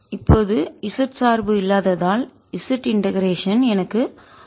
இப்போது z சார்பு இல்லாததால் z இண்டெகரேஷன்ஒருங்கிணைப்பு எனக்கு 1 தருகிறது